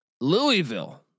Louisville